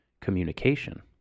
communication